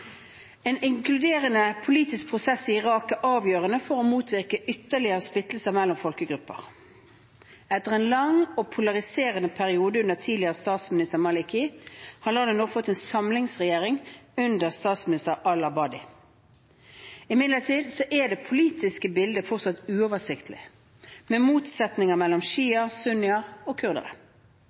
En inkluderende politisk prosess i Irak er avgjørende for å motvirke ytterligere splittelser mellom folkegrupper. Etter en lang og polariserende periode under tidligere statsminister Maliki har landet nå fått en samlingsregjering under statsminister al-Abadi. Imidlertid er det politiske bildet fortsatt uoversiktlig med motsetninger mellom sjiaer, sunnier og kurdere.